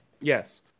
Yes